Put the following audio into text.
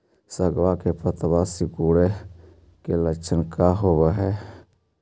सगवा के पत्तवा सिकुड़े के लक्षण का हाई?